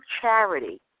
charity